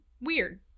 weird